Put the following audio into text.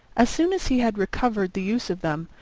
as soon as he had recovered the use of them,